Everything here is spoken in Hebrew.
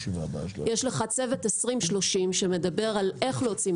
יש לך צוות 2030 שמדבר על איך להוציא מכרז,